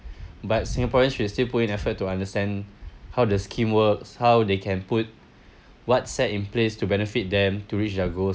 but singaporeans should still put in effort to understand how the scheme works how they can put what's set in place to benefit them to reach their goals